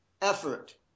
effort